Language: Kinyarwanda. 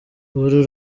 buri